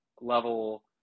level